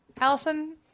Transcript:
allison